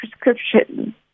prescription